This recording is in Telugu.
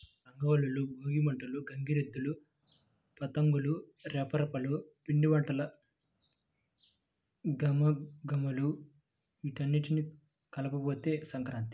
రంగవల్లులు, భోగి మంటలు, గంగిరెద్దులు, పతంగుల రెపరెపలు, పిండివంటల ఘుమఘుమలు వీటన్నింటి కలబోతే సంక్రాంతి